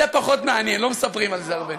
זה פחות מעניין, לא מספרים על זה הרבה.